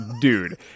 dude